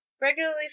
regularly